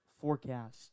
forecast